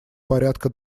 порядка